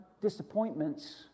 disappointments